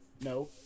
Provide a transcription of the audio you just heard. no